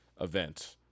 event